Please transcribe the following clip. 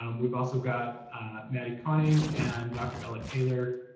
um we've also got maddie connie and dr. ellen taylor.